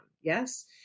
yes